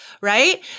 right